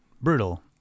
brutal